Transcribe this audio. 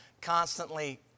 constantly